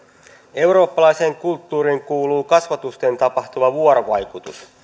eurooppalaiseen kulttuuriin kuuluu kasvotusten tapahtuva vuorovaikutus